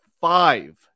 five